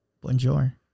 Bonjour